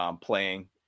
playing